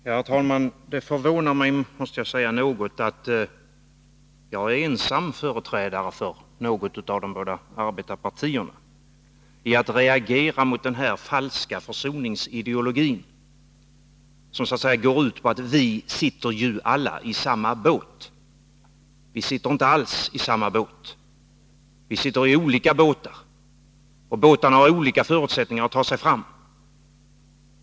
Herr talman! Jag måste säga att det förvånar mig något att jag är ensam företrädare för de båda arbetarpartierna när det gäller att reagera mot den falska försoningsideologin som går ut på att vi ju alla sitter i samma båt. Vi sitter inte alls i samma båt. Vi sitter i olika båtar, och båtarna har olika förutsättningar att ta sig fram.